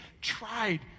tried